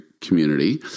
community